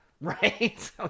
right